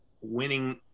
winning